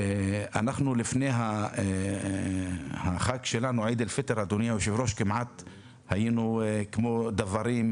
לפני החג שלנו, עיד אל פיטר, היינו כמו דוורים,